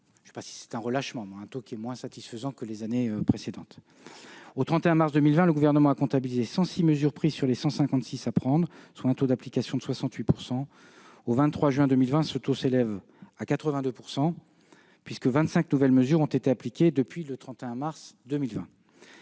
enregistrons un taux d'application des lois moins satisfaisant que les années précédentes. Au 31 mars 2020, le Gouvernement a comptabilisé 106 mesures prises sur les 156 à prendre, soit un taux d'application de 68 %. Au 23 juin, ce taux s'élève à 82 %, puisque 25 nouvelles mesures ont été appliquées depuis le 31 mars.